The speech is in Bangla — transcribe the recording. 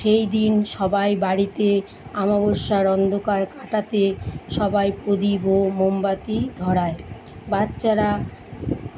সেই দিন সবাই বাড়িতে অমাবস্যার অন্ধকার কাটাতে সবাই প্রদীপ ও মোমবাতি ধরায় বাচ্চারা